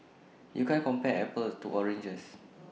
you can't compare apples to oranges